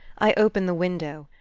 i open the window,